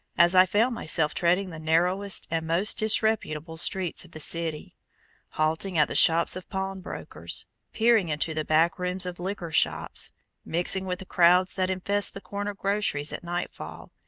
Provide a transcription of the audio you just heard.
as i found myself treading the narrowest and most disreputable streets of the city halting at the shops of pawnbrokers peering into the back-rooms of liquor shops mixing with the crowds that infest the corner groceries at nightfall,